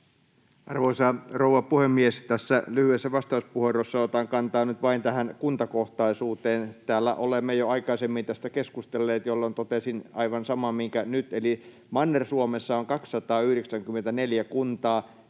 Arvoisa rouva puhemies! Tässä lyhyessä vastauspuheenvuorossa otan kantaa nyt vain tähän kuntakohtaisuuteen. Täällä olemme jo aikaisemmin tästä keskustelleet, jolloin totesin aivan saman, minkä nyt, eli Manner-Suomessa on 294 kuntaa,